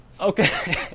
Okay